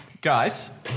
guys